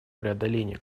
преодоления